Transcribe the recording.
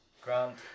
Grant